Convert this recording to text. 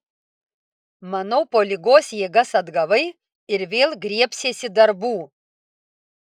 manau po ligos jėgas atgavai ir vėl griebsiesi darbų